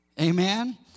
Amen